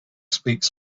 speaks